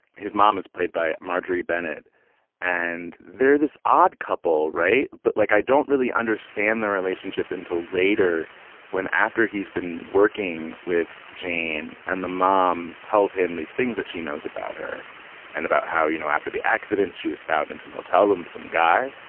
his mom is played by marjorie bennett and are this odd couple. right. but like i don't really understand the relationship until later when after he's been working with jane and the mom tells him these things that she knows about her and about how, you know, after the accident she was found in some motel room, some guy.